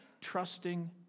trusting